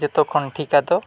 ᱡᱚᱛᱚ ᱠᱷᱚᱱ ᱴᱷᱤᱠᱟ ᱫᱚ